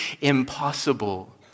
impossible